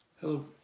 Hello